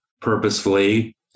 purposefully